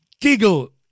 giggle